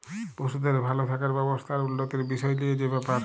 পশুদের ভাল থাকার ব্যবস্থা আর উল্যতির বিসয় লিয়ে যে ব্যাপার